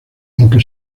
aunque